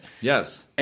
Yes